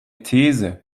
these